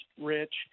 Rich